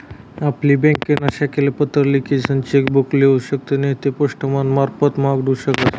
आपली ब्यांकनी शाखाले पत्र लिखीसन चेक बुक लेऊ शकतस नैते पोस्टमारफत मांगाडू शकतस